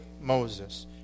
Moses